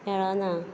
मेळना